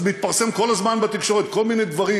אז מתפרסמים כל הזמן בתקשורת כל הזמן כל מיני דברים,